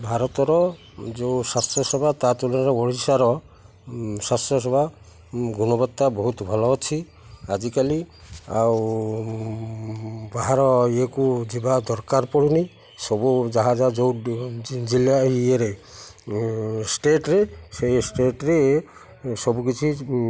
ଭାରତର ଯେଉଁ ସ୍ୱାସ୍ଥ୍ୟସେବା ତା ତୁଳନାରେ ଓଡ଼ିଶାର ସ୍ୱାସ୍ଥ୍ୟସେବା ଗୁଣବତ୍ତା ବହୁତ ଭଲ ଅଛି ଆଜିକାଲି ଆଉ ବାହାର ଇଏକୁ ଯିବା ଦରକାର ପଡ଼ୁନି ସବୁ ଯାହା ଯାହା ଯେଉଁ ଜିଲ୍ଲା ଇଏରେ ଷ୍ଟେଟରେ ସେଇ ଷ୍ଟେଟରେ ସବୁକିଛି